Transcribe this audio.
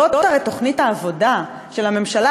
זאת הרי תוכנית העבודה של הממשלה.